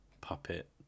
puppet